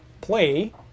play